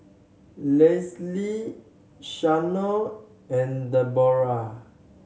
Lesli Shanon and Debora